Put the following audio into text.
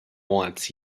wants